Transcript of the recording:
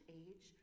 age